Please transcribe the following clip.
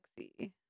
sexy